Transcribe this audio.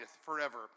forever